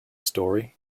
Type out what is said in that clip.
story